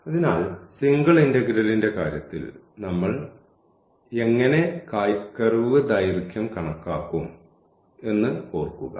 അതിനാൽ സിംഗിൾ ഇന്റഗ്രലിന്റെ കാര്യത്തിൽ നമ്മൾ എങ്ങനെ കർവ് ദൈർഘ്യം കണക്കാക്കും എന്ന് ഓർക്കുക